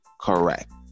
correct